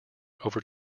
over